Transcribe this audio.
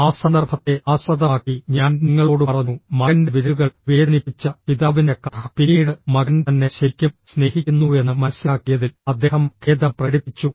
ആ സന്ദർഭത്തെ ആസ്പതമാക്കി ഞാൻ നിങ്ങളോട് പറഞ്ഞു മകന്റെ വിരലുകൾ വേദനിപ്പിച്ച പിതാവിൻറെ കഥ പിന്നീട് മകൻ തന്നെ ശരിക്കും സ്നേഹിക്കുന്നുവെന്ന് മനസ്സിലാക്കിയതിൽ അദ്ദേഹം ഖേദം പ്രകടിപ്പിച്ചു